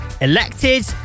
elected